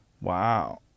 Wow